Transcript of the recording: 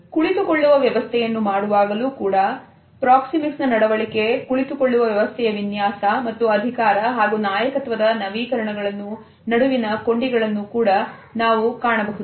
ಕುಳಿತುಕೊಳ್ಳುವ ವ್ಯವಸ್ಥೆಯನ್ನು ಮಾಡುವಾಗಲೂ ಕೂಡ ಪ್ರಾಕ್ಸಿಮಿಕ್ಸ್ ನಡವಳಿಕೆ ಕುಳಿತುಕೊಳ್ಳುವ ವ್ಯವಸ್ಥೆಯ ವಿನ್ಯಾಸ ಮತ್ತು ಅಧಿಕಾರ ಹಾಗೂ ನಾಯಕತ್ವದ ಸಮೀಕರಣಗಳ ನಡುವಿನ ಕೊಂಡಿಗಳನ್ನು ಕೂಡ ನಾವು ಕಾಣಬಹುದು